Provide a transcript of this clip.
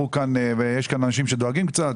ויש כאן אנשים שדואגים קצת.